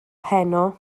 heno